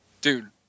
Dude